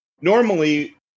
Normally